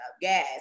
Gas